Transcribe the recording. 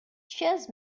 cheers